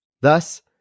Thus